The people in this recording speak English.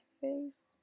face